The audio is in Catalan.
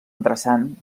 interessant